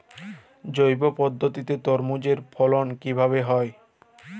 জৈব পদ্ধতিতে তরমুজের ফলন কিভাবে হয়?